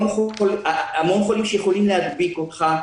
המון חולים שיכולים להדביק אותך.